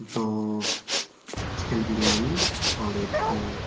دو chicken biryani اور ایک